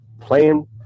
playing